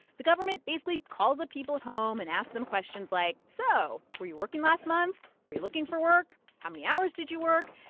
the government basically calls the people at home and asks them questions like, so were you working last month, were you looking for work how many hours did you work,